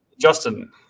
Justin